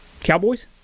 Cowboys